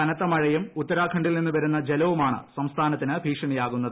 കനത്ത മഴയും ഉത്തരാഖണ്ഡിൽ നിന്നും വരുന്ന ജലവുമാണ് സംസ്ഥാനത്തിന് ഭീഷണിയാകുന്നത്